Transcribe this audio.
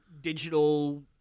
digital